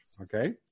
Okay